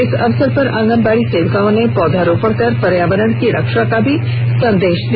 इस अवसर पर आंगनबाड़ी सेविकाओं ने पौधरोपण कर पर्यावरण की रक्षा का भी संदेश दिया